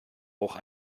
auch